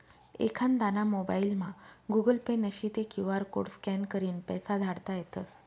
एखांदाना मोबाइलमा Google Pay नशी ते क्यु आर कोड स्कॅन करीन पैसा धाडता येतस